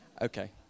Okay